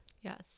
Yes